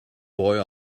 boy